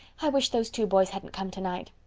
i wish those two boys hadn't come tonight.